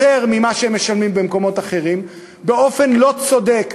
יותר ממה שמשלמים במקומות אחרים, באופן לא צודק,